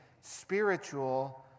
spiritual